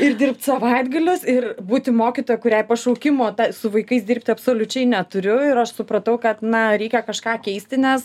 ir dirbt savaitgalius ir būti mokytoja kuriai pašaukimo ta su vaikais dirbti absoliučiai neturiu ir aš supratau kad na reikia kažką keisti nes